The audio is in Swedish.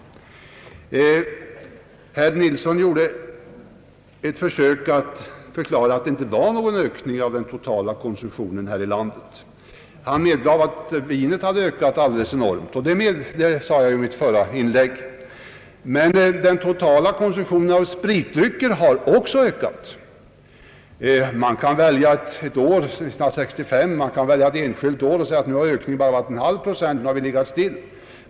Herr Nilsson gjorde ett försök att förklara att det inte var någon ökning av den totala konsumtionen här i landet. Han medgav att vinkonsumtionen hade ökat enormt. Det sade jag också i mitt förra inlägg. Men den totala konsumtionen av spritdrycker har också ökat. Man kan välja ett år, t.ex. 1965, och säga att ökningen bara varit en halv procent, nu har konsumtionen legat stilla.